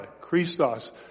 Christos